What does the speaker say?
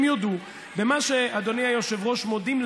הם יודו במה שאדוני היושב-ראש מודים,